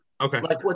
Okay